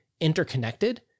Interconnected